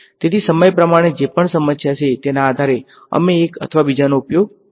તેથી સમય પ્રમાણે જે પણ સમસ્યા છે તેના આધારે અમે એક અથવા બીજાનો ઉપયોગ કરીશું